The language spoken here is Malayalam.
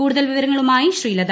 കൂടുതൽ വിവരങ്ങളുമായിച്ചുശ്രീലത